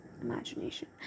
imagination